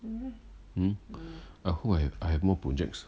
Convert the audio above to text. mm I hope I have I have more projects